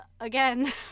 again